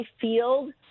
field